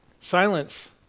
silence